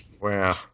Wow